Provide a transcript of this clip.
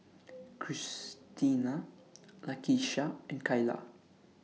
Cristina Lakisha and Kyla